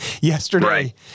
yesterday